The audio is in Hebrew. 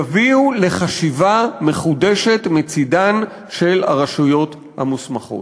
יביאו לחשיבה מחודשת מצדן של הרשויות המוסמכות".